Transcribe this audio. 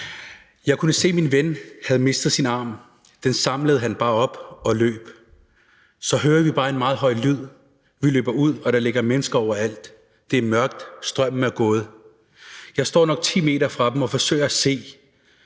Jeg kunne se, at min ven havde mistet sin arm – den samlede han bare op og løb. Så hører vi bare en meget høj lyd – vi løber ud, og der ligger mennesker overalt. Det er mørkt, og strømmen er gået. Jeg står nok 10 m fra dem og forsøger at se.